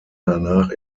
danach